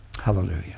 Hallelujah